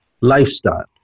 lifestyle